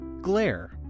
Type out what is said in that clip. glare